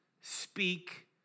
speak